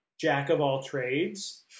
jack-of-all-trades